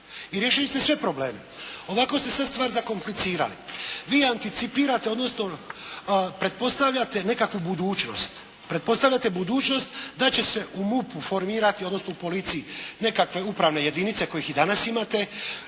i riješili ste sve probleme. Ovako ste sada stvar zakomplicirali. Vi anticipirate, odnosno pretpostavljate nekakvu budućnost, pretpostavljate budućnost da će se u MUP-u formirati, odnosno u policiji nekakve upravne jedinice kojih i danas imate,